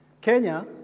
Kenya